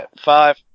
Five